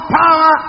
power